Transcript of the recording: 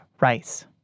rice